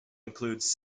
includes